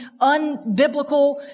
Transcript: unbiblical